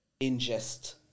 ingest